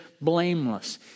blameless